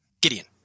Gideon